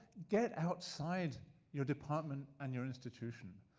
get outside your department and your institution.